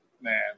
man